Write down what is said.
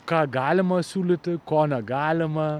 ką galima siūlyti ko negalima